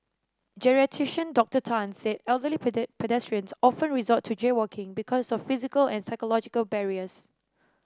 Geriatrician Doctor Tan said elderly pedestrians often resort to jaywalking because of physical and psychological barriers